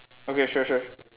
okay sure sure